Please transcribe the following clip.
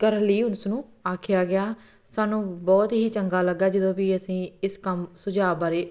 ਕਰਨ ਲਈ ਉਸ ਨੂੰ ਆਖਿਆ ਗਿਆ ਸਾਨੂੰ ਬਹੁਤ ਹੀ ਚੰਗਾ ਲੱਗਾ ਜਦੋਂ ਵੀ ਅਸੀਂ ਇਸ ਕੰਮ ਸੁਝਾਅ ਬਾਰੇ